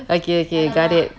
okay okay got it